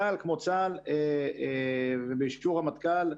צה"ל כמו צה"ל ובאישור רמטכ"ל,